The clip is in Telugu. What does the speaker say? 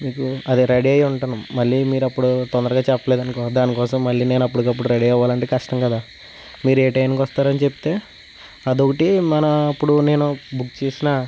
మీకు అదే రెడీ అయి ఉంటాను మళ్ళీ మీరు అప్పుడు తొందరగా చెప్పలేదు అనుకో దానికోసం మళ్ళీ నేను అప్పుడు కప్పుడు రెడీ అవ్వాలంటే కష్టం కదా మీరు ఏ టైమ్కి వస్తారని అనేది చెపితే అదొకటి మన ఇప్పుడు నేను బుక్ చేసిన